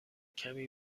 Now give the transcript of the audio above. کمی